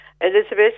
Elizabeth